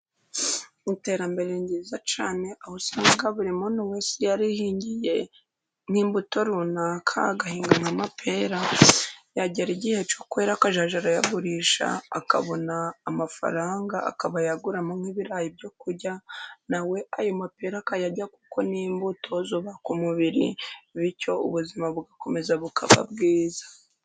Iterambere ni ryiza cyane, aho usanga buri muntu wese yarihingiye nk'imbuto runaka, agahinga nk'amapera yagera igihe cyo kwera akajya ayagurisha, akabona amafaranga akaba yaguramo nk'ibirayi byo kurya, na we ayo mapera akayarya kuko ni imbuto zubaka umubiri, bityo ubuzima bugakomeza bukaba bwiza.